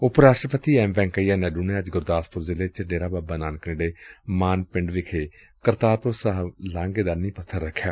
ਉਪ ਰਾਸਟਰਪਤੀ ਐਮ ਵੈਂਕਈਆ ਨਾਇਡੂ ਨੇ ਅੱਜ ਗੁਰਦਾਸਪੁਰ ਜ਼ਿਲ੍ਹੇ ਚ ਡੇਰਾ ਬਾਬਾ ਨਾਨਕ ਨੇੜੇ ਮਾਨ ਪਿੰਡ ਚ ਕਰਤਾਰਪੁਰ ਸਾਹਿਬ ਲਾਘੇ ਦਾ ਨੀਹ ਪੱਥਰ ਰਖਿਆ